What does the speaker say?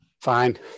Fine